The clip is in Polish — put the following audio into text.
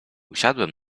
usiadłem